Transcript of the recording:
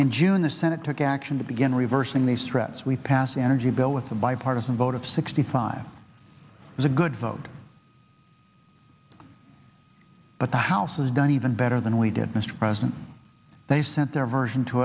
in june the senate took action to begin reversing these threats we passed the energy bill with a bipartisan vote of sixty five was a good vote but the house is done even better than we did mr president they sent their version to